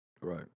right